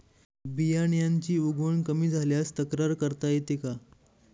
बियाण्यांची उगवण कमी झाल्यास तक्रार करता येते का?